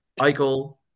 Eichel